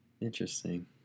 Interesting